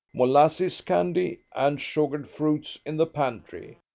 molasses candy, and sugared fruits in the pantry.